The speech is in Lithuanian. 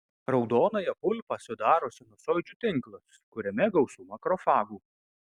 raudonąją pulpą sudaro sinusoidžių tinklas kuriame gausu makrofagų